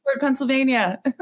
Pennsylvania